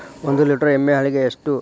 ಒಂದು ಲೇಟರ್ ಎಮ್ಮಿ ಹಾಲಿಗೆ ಎಷ್ಟು?